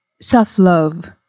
self-love